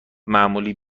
معمولی